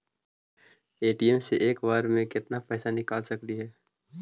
ATM से एक बार मे केत्ना पैसा निकल सकली हे?